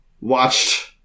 watched